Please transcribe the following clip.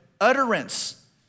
utterance